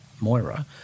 Moira